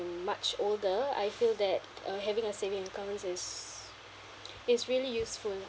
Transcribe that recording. much older I feel that uh having a saving account is is really useful